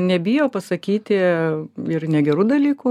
nebijo pasakyti ir negerų dalykų